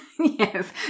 Yes